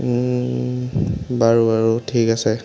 বাৰু বাৰু ঠিক আছে